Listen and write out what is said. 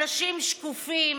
אנשים שקופים,